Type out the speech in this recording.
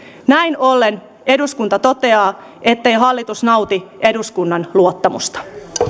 näin ollen eduskunta toteaa ettei hallitus nauti eduskunnan luottamusta